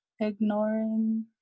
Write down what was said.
ignoring